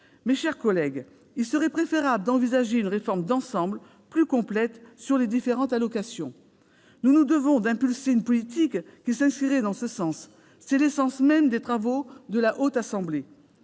du problème. Il serait préférable d'envisager une réforme d'ensemble, plus complète, sur les différentes allocations. Nous nous devons d'impulser une politique qui s'inscrirait dans ce sens. C'est l'essence même des travaux de la Haute Assemblée.